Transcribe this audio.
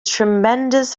tremendous